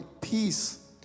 peace